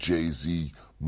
Jay-Z